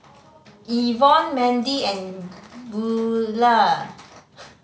Evonne Mandi and Buelah